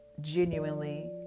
genuinely